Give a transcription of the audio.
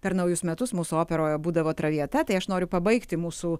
per naujus metus mūsų operoje būdavo traviata tai aš noriu pabaigti mūsų